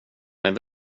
men